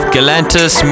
Galantis